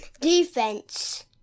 defense